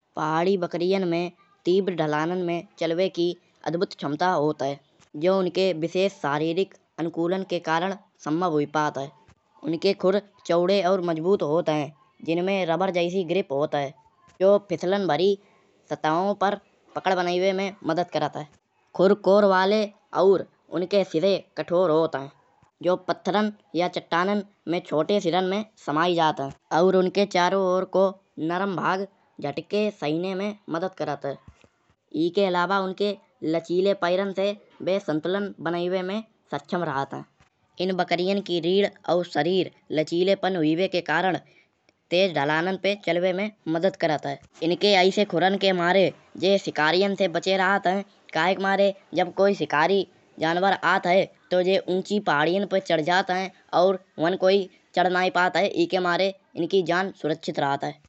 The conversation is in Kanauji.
पहाड़ी बकरियाँ मे तीव्र ढलानों में चलिबे की अद्भुत क्षमता होत है। यो उनके विशेष शारीरिक अनुकूलन के कारण संभव हुई पात है। उनके खुर चौड़े और मजबूत हत है। जिनमें रबर जैसे ग्रिप होत है। जो फिसलन भरी सतहों पर पकड़ बनाएबे मा करात है। खुर कोर वाले और उनके सिरे कठोर होत है। जो पथरान या चट्टानन में छोटे सिरेन में समायी जात है। और उनके चारों ओर को नरम भाग झटके सहिने में मदद मदद करात है। ईके अलावा उनके लचीले पैरण से वे संतुलन बनाएबे में सक्षम राहत है। इन बकरियाँ की रीड और शरीर लचीलेपन हुईबे के कारण तेज ढलानन पे चलिबे में मदद करात है। इनके ऐसे खुरान के मारे जे शिकारीयन से बचे राहत है। काहे के मारे जब कोई शिकारी जानवर आत है तउ ये ऊँची पहाड़ियन पर चढ़ जात है। और वहँ कोई चढ़ नाई पात है। ईके मारे इनकिनजान सुरक्षित राहत है।